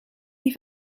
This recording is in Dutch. die